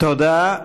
תודה.